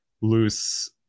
loose